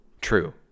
True